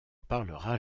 parlera